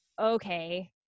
okay